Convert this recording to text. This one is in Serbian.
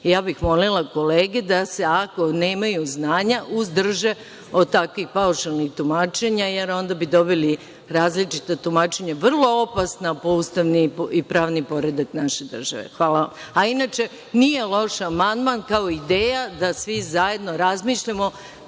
bih molila kolege da se, ako nemaju znanja, uzdrže od takvih paušalnih tumačenja, jer bi onda doveli različita tumačenja, vrlo opasna, po ustavni i pravni poredak naše države. Hvala vam. Inače, nije loš amandman, kao ideja, da svi zajedno razmišljamo